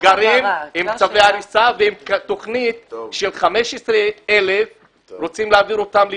הם גרים עם צווי הריסה ועם תוכנית על פיה רוצים להעביר 15,000